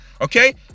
okay